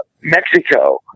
Mexico